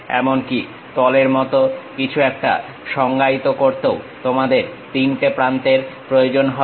এমনকি তলের মতো কিছু একটা সংজ্ঞায়িত করতেও তোমার 3টে প্রান্তের প্রয়োজন হবে